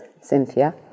Cynthia